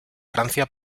francia